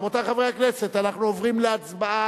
רבותי חברי הכנסת, אנחנו עוברים להצבעה.